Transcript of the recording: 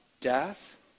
death